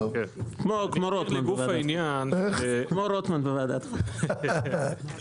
כמו רוטמן בוועדת חוקה.